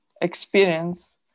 experience